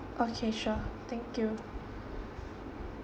okay sure thank you